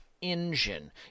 engine